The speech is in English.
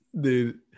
dude